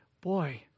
Boy